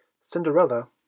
Cinderella